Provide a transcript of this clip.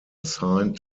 assigned